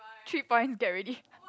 three point get ready